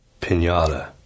Pinata